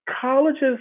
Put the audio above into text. colleges